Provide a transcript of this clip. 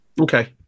Okay